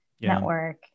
network